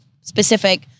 specific